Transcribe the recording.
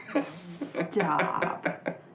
Stop